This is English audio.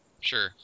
Sure